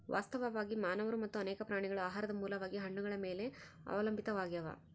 ವಾಸ್ತವವಾಗಿ ಮಾನವರು ಮತ್ತು ಅನೇಕ ಪ್ರಾಣಿಗಳು ಆಹಾರದ ಮೂಲವಾಗಿ ಹಣ್ಣುಗಳ ಮೇಲೆ ಅವಲಂಬಿತಾವಾಗ್ಯಾವ